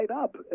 up